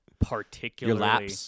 particularly-